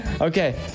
Okay